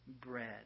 bread